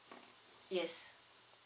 yes